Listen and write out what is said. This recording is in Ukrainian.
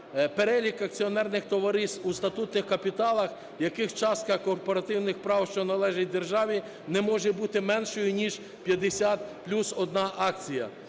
Перелік акціонерних товариств у статутних капіталах, у яких частка корпоративних прав, що належить державі, не може бути меншою ніж 50 плюс одна акція,